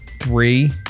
Three